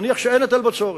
נניח שאין היטל בצורת,